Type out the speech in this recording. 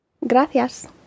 Gracias